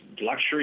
luxury